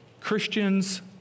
Christians